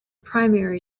primary